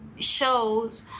shows